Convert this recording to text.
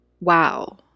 wow